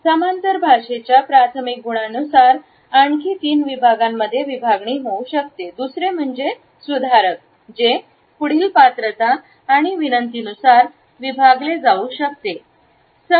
समांतर भाषेच्या प्राथमिक गुणांनुसार आणखी तीन विभागांमध्ये विभागले जाऊ शकते दुसरे म्हणजे सुधारक जे पुढील पात्रता आणि विनंतीनुसार विभागले जाऊ शकतात